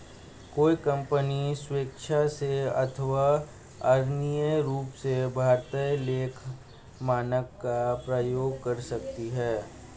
कोई कंपनी स्वेक्षा से अथवा अनिवार्य रूप से भारतीय लेखा मानक का प्रयोग कर सकती है